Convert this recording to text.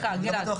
רגע, גלעד?